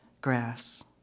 grass